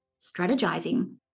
strategizing